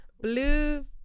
blue